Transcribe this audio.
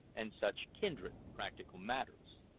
and such kindred practical matters.